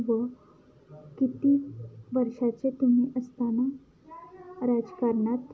व किती वर्षाचे तुम्ही असताना राजकारणात